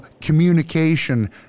communication